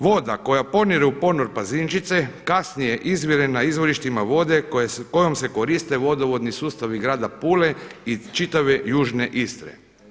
Voda koja ponire u ponor Pazinčice kasnije izvire na izvorištima vode kojom se koriste vodovodni sustavi grada Pule i čitave južne Istre.